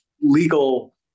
legal